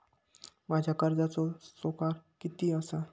माझ्या कर्जाचो स्कोअर किती आसा?